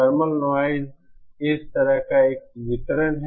thermal noise इस तरह का एक वितरण है